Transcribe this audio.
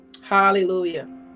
Hallelujah